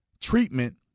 treatment